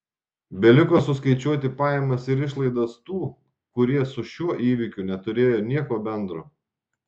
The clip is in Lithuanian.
beliko suskaičiuoti pajamas ir išlaidas tų kurie su šiuo įvykiu neturėjo nieko bendro